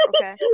okay